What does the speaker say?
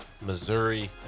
Missouri